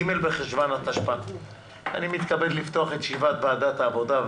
ג' בחשוון התשפ"א ואני מתכבד לפתוח את ישיבת ועדת העבודה,